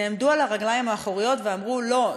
נעמדו על הרגליים האחוריות ואמרו: לא,